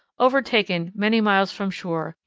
overtaken many miles from shore,